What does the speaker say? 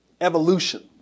evolution